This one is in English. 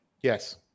Yes